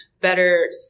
better